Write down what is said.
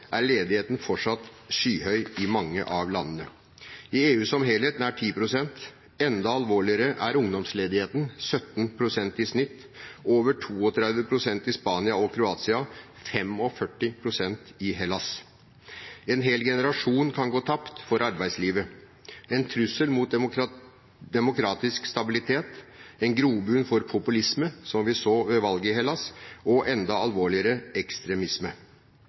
er ledigheten fortsatt skyhøy i mange av landene: I EU som helhet nær 10 pst., enda alvorligere er ungdomsledigheten på 17 pst. i snitt, over 32 pst. i Spania og Kroatia og 45 pst. i Hellas. En hel generasjon kan gå tapt for arbeidslivet. Det er en trussel mot demokratisk stabilitet, en grobunn for populisme, som vi så ved valget i Hellas, og – enda alvorligere – ekstremisme.